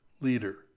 leader